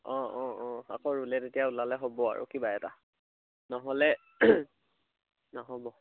অঁ অঁ অঁ আকৌ ৰুলে তেতিয়া ওলালে হ'ব আৰু কিবা এটা নহ'লে নহ'ব